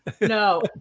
no